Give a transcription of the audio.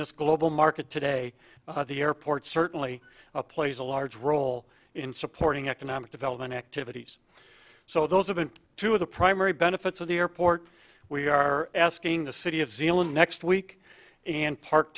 this global market today the airport certainly plays a large role in supporting economic development activities so those have been two of the primary benefits of the airport we are asking the city of zealand next week and par